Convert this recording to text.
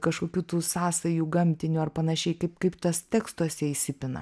kažkokių tų sąsajų gamtinių ar panašiai kaip kaip tas tekstuose įsipina